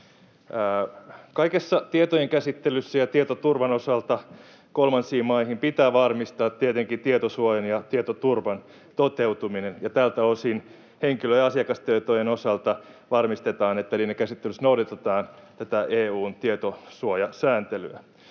Kaikessa tietojenkäsittelyssä ja tietoturvan osalta suhteessa kolmansiin maihin pitää varmistaa tietenkin tietosuojan ja tietoturvan toteutuminen, ja tältä osin henkilö- ja asiakastietojen osalta varmistetaan, että niiden käsittelyssä noudatetaan EU:n tietosuojasääntelyä.